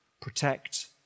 protect